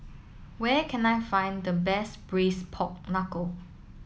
where can I find the best Braised Pork Knuckle